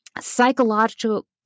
psychological